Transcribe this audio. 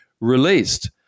released